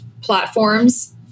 platforms